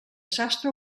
sastre